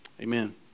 Amen